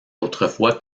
autrefois